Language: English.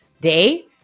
day